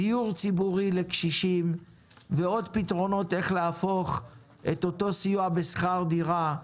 דיור ציבורי לקשישים ועוד פתרונות איך להפוך את הסיוע בשכר דירה,